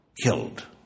killed